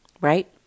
right